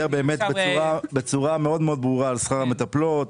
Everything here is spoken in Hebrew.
באמת בצורה מאוד ברורה על שכר המטפלות,